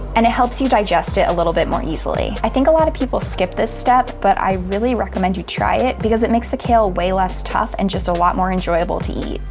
and it helps you digest it a little bit more easily. i think a lot of people skip this step, but i really recommend you try it because it makes the kale way less tough and just a lot more enjoyable to eat.